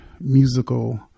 musical